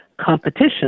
competition